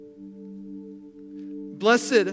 Blessed